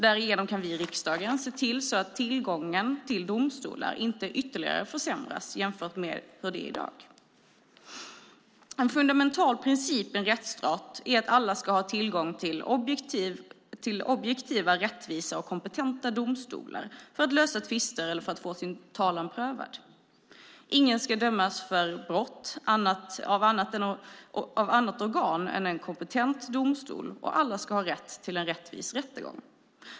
Därigenom kan vi i riksdagen se till att tillgången till domstolar inte ytterligare försämras jämfört med hur det är i dag. En fundamental princip i en rättsstat är att alla ska ha tillgång till objektiva, rättvisa och kompetenta domstolar när det gäller att lösa tvister eller att få sin talan prövad. Ingen ska dömas för brott av annat organ än en kompetent domstol, och alla ska ha rätt till en rättvis rättegång.